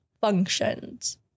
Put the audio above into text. functions